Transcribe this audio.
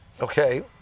Okay